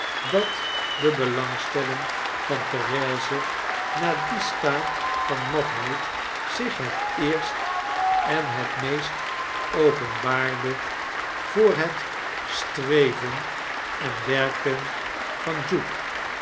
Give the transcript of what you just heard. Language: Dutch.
dat de belangstelling van therese na dien staat van matheid zich het eerst en het meest openbaarde voor het duke komt in het parlement streven en werken van duke